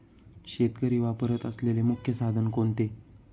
शेतकरी वापरत असलेले मुख्य साधन कोणते?